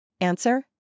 Answer